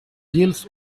deals